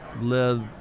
live